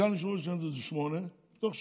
סגן יושב-ראש הכנסת זה שמונה מתוך שישה,